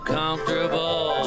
comfortable